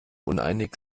uneinig